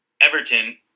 Everton